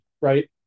right